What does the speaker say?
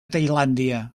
tailàndia